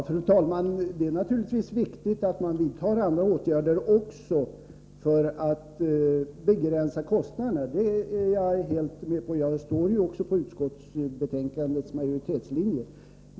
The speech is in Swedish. Fru talman! Det är naturligtvis viktigt att man vidtar också andra åtgärder för att begränsa kostnaderna. Det är jag helt med på, och jag står ju också på utskottsbetänkandets majoritetslinje.